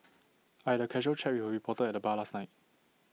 I had A casual chat with A reporter at the bar last night